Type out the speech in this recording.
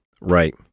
Right